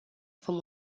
vom